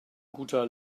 guter